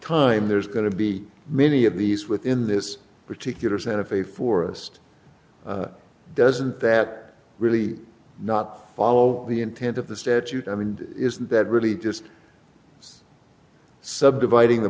time there's going to be many of these within this particular santa fe forest doesn't that really not follow the intent of the statute i mean is that really just subdividing the